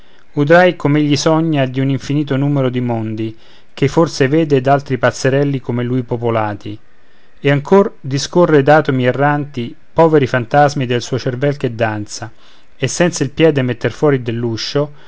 cartoni udrai com'egli sogna di un infinito numero di mondi ch'ei forse vede d'altri pazzerelli come lui popolati e ancor discorre d'atomi erranti poveri fantasmi del suo cervel che danza e senza il piede metter fuori